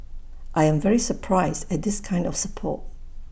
I am very surprised at this kind of support